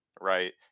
right